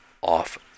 off